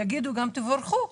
יגידו: תבורכו.